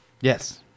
Yes